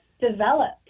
developed